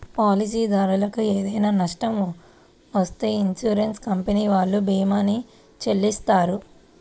పాలసీదారునికి ఏదైనా నష్టం వత్తే ఇన్సూరెన్స్ కంపెనీ వాళ్ళు భీమాని చెల్లిత్తారు